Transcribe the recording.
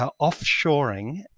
offshoring